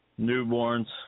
newborns